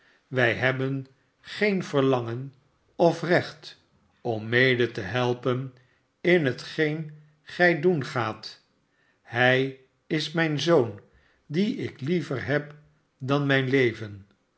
wij hebben geen verlangen of recht om mede te helpen in hetgeen gij doen gaat hij is mijn zoon dien ik liever heb dan mijnleven